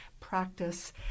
practice